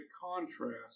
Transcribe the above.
contrast